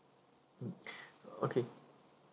mm okay